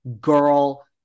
girl